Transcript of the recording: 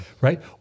right